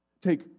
Take